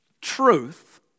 truth